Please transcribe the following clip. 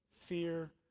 fear